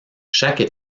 chaque